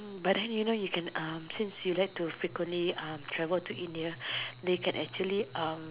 mm but then you know you can um since you like to frequently um travel to India they can actually um